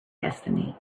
destiny